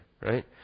right